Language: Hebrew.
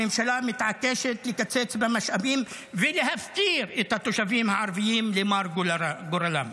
הממשלה מתעקשת לקצץ במשאבים ולהפקיר את התושבים הערבים למר גורלם.